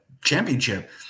championship